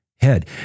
head